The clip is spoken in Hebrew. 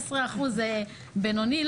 15 אחוז זה בינוני?